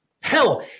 Hell